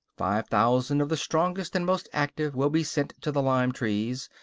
five thousand of the strongest and most active will be sent to the lime-trees,